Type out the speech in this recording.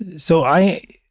so i,